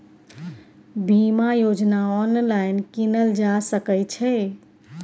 बीमा योजना ऑनलाइन कीनल जा सकै छै?